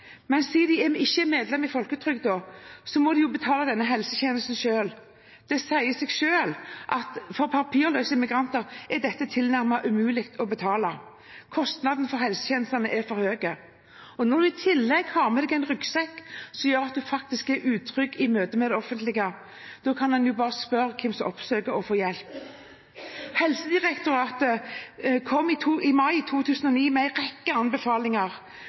Men siden de ikke er medlem i folketrygden, må de betale denne helsetjenesten selv. Det sier seg selv at for papirløse migranter er dette tilnærmet umulig å betale. Kostnadene for helsetjenestene er for høye. Når en i tillegg har med seg en ryggsekk som gjør at en faktisk er utrygg i møte med det offentlige, kan man bare spørre hvem som oppsøker helsevesenet og får hjelp. Helsedirektoratet kom i mai 2009 med en rekke anbefalinger